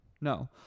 No